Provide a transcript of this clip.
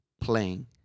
playing